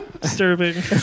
Disturbing